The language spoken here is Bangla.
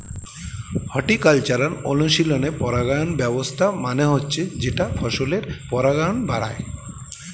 হর্টিকালচারাল অনুশীলনে পরাগায়ন ব্যবস্থা মানে হচ্ছে যেটা ফসলের পরাগায়ন বাড়ায়